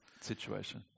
situation